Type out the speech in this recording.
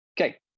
Okay